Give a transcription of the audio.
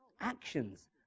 actions